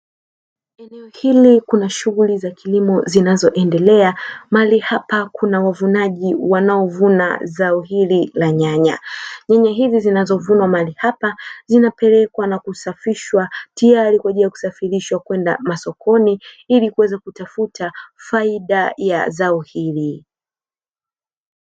Eneo hili kuna shughuli za kilimo zinazoendelea mali hapa kuna wavunaji wanaovuna zao hili la nyanya, nyanya hizi zinazovunwa mahali hapa zinapelekwa na kusafishwa tayari kwaajili ya kusafirishwa kwenda masokoni ili kuweza kutafuta faida ya zao hili.